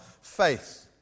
faith